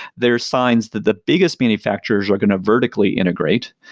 they're signs that the biggest manufacturers are going to vertically integrate.